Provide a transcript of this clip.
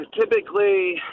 typically